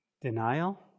denial